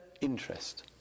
interest